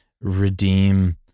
redeem